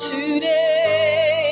Today